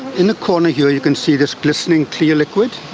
in the corner here you can see this glistening clear liquid.